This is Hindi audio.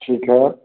ठीक है